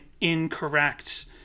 incorrect